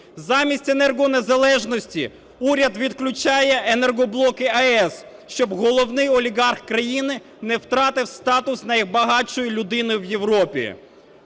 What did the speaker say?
Замість енергонезалежності уряд відключає енергоблоки АЕС, щоб головний олігарх країни не втратив статус найбагатшої людини в Європі.